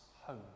home